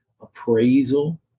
appraisal